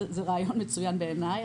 זה רעיון מצוין בעיניי,